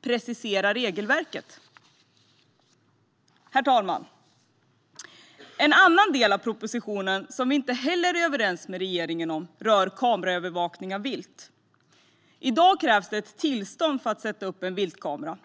precisera regelverket i lagtext. Herr talman! En annan del av propositionen som vi inte heller är överens med regeringen om rör kameraövervakning av vilt. I dag krävs det tillstånd för att sätta upp en viltkamera.